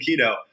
keto